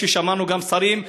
כפי ששמענו גם משרים,